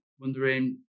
wondering